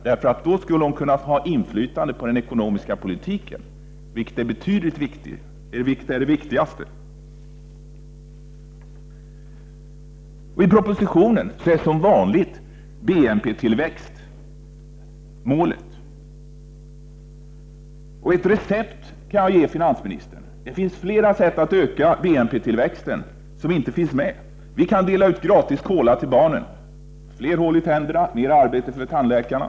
Då skulle hon nämligen kunna ha inflytande på den ekonomiska politiken, vilket är det viktigaste. I propositionen är BNP-tillväxt som vanligt målet. Jag kan ge finansministern ett recept. Det finns flera sätt, som inte finns med i propositionen, att öka BNP-tillväxten. Vi kan dela ut gratis kola till barnen. De får då fler hål i tänderna, vilket innebär mer arbete för tandläkarna.